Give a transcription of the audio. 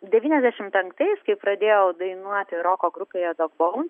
devyniasdešimt penktais kai pradėjau dainuoti roko grupėje dogbones